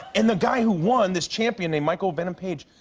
and the guy who won, this champion, named michael venom page,